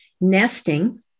nesting